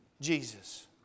Jesus